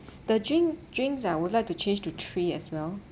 the drink drinks I would like to change to three as well